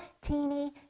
teeny